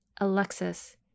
Alexis